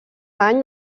any